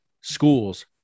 schools